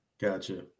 Gotcha